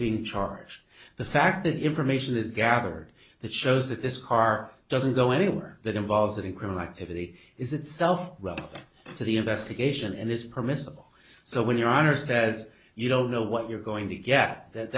being charged the fact that information is gathered that shows that this car doesn't go anywhere that involves any criminal activity is itself up to the investigation and it's permissible so when your honor says you don't know what you're going to get that